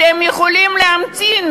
אתם יכולים להמתין.